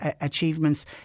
achievements